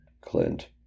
Clint